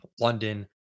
London